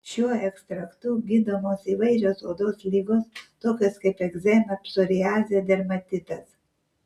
šiuo ekstraktu gydomos įvairios odos ligos tokios kaip egzema psoriazė dermatitas